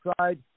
side